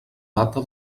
data